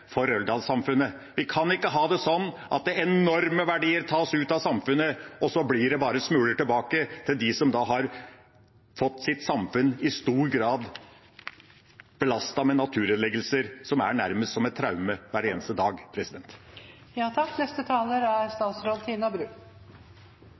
for Røldal-samfunnet. Vi kan ikke ha det sånn at enorme verdier tas ut av samfunnet, og så blir det bare smuler tilbake til dem som i stor grad har fått sitt samfunn belastet med naturødeleggelser som er nærmest som et traume hver eneste dag.